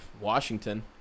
Washington